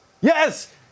Yes